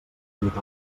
nit